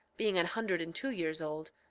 being an hundred and two years old.